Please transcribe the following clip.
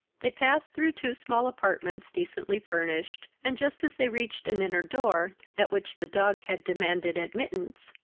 they passed through two small apartments decently furnished, and, just as they reached an inner door, at which the dog had demanded admittance,